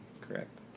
Correct